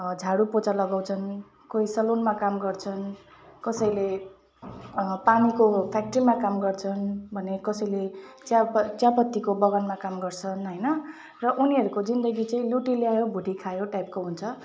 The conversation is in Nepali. झाडु पोछा लगाउँछन् कोही सेलुनमा काम गर्छन् कसैले पानीको फ्याक्ट्रीमा काम गर्छन् भने कसैले चिया प चियापत्तीको बगानमा काम गर्छन् होइन र उनीहरूको जिन्दगी चाहिँ लुटी ल्यायो भुटी खायो टाइपको हुन्छ